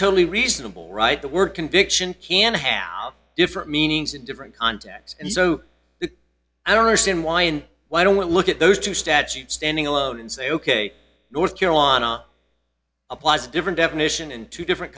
totally reasonable right the word conviction can have different meanings in different contexts and so i don't understand why and why don't look at those two statutes standing alone and say ok north carolina applies a different definition in two different